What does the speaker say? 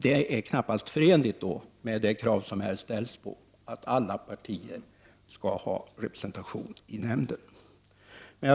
Detta är knappast förenligt med de krav som ställs på att alla partier skall ha representation i nämnden.